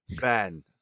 ben